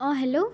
অঁ হেল্ল'